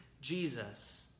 Jesus